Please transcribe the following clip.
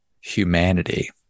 humanity